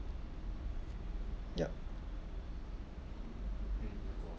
yup